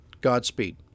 Godspeed